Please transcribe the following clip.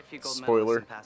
Spoiler